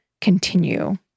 continue